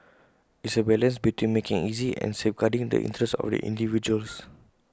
it's A balance between making easy and safeguarding the interests of the individuals